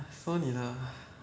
so 你的